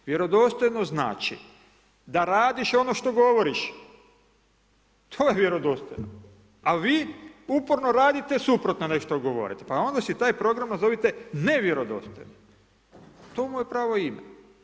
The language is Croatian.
Vjerodostojno znači da radiš ono što govoriš, to je vjerodostojno, al vi uporno radite suprotno nego što govorite, pa onda si taj program nazovite ne vjerodostojno, to mu je pravo ime.